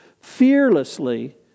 fearlessly